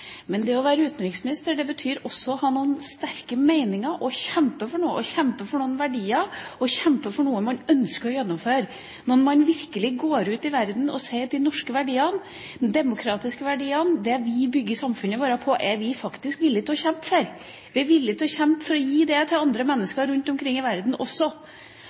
Men det å være utenriksminister betyr også å ha noen sterke meninger og kjempe for noe, kjempe for noen verdier og kjempe for noe man ønsker å gjennomføre – man går virkelig ut i verden og sier at de norske verdiene, de demokratiske verdiene, det vi bygger samfunnene våre på, er vi faktisk villig til å kjempe for. Vi er villig til å kjempe for å gi det til andre mennesker rundt omkring i verden også.